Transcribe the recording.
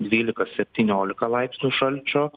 dvylika septyniolika laipsnių šalčio